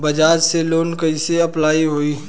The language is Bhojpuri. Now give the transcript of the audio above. बज़ाज़ से लोन कइसे अप्लाई होई?